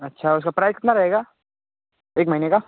अच्छा उसका प्राइस कितना रहेगा एक महीने का